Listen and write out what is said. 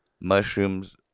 Mushrooms